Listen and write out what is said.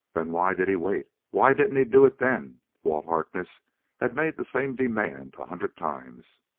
then why did he wait! why didn't he do it then? walt harkness had made the same demand a hundred times.